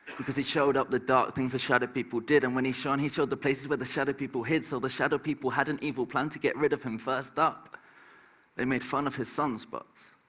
because he showed up the dark things the shadow people did, and when he shone he showed the places where the shadow people hid, so the shadow people had an evil plan to get rid of him, first up they made fun of his sunspots,